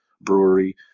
Brewery